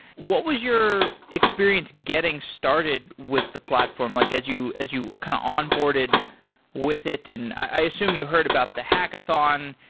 what was your experience getting started with the platform like as you as you kind of on-boarded with it? and i assume you heard about the hackathon,